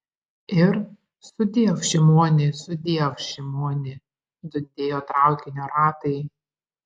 ir sudiev šimoni sudiev šimoni dundėjo traukinio ratai